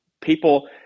people